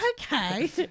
Okay